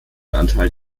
anteil